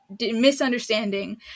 misunderstanding